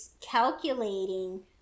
calculating